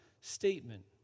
statement